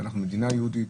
אנחנו מדינה יהודית,